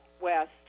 west